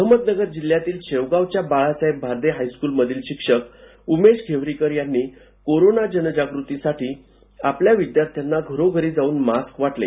अहमदनगर जिल्ह्यातील शेवगावच्या बाळासाहेब भारदे हायस्कुल मधील शिक्षक उमेश घेवरीकर यांनी कोरोना जनजागृती साठी आपल्या विद्यार्थ्यांना घरोघरी जाऊन मास्क वाटले